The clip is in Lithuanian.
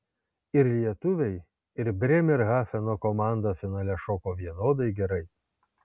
ir lietuviai ir brėmerhafeno komanda finale šoko vienodai gerai